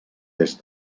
des